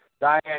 Diane